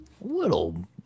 little